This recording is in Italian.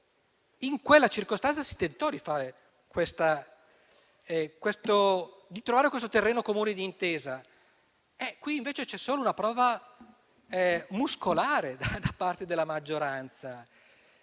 in quella circostanza si tentò di trovare un terreno comune di intesa. In questo caso invece c'è solo una prova muscolare da parte della maggioranza.